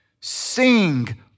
Sing